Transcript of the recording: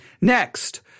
Next